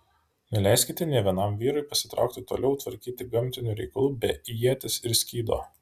neleiskite nė vienam vyrui pasitraukti toliau tvarkyti gamtinių reikalų be ieties ir skydo